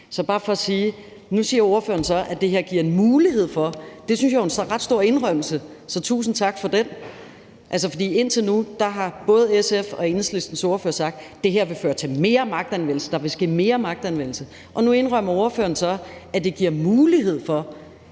går i den forkerte retning. Nu siger ordføreren så, at det her giver en »mulighed for« – det synes jeg er en ret stor indrømmelse, så tusind tak for den. For indtil nu har både SF's og Enhedslistens ordførere sagt: Det her vil føre til mere magtanvendelse, der vil ske mere magtanvendelse. Og nu indrømmer ordføreren så, at det giver »mulighed for«.